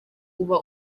uba